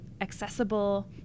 accessible